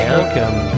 Welcome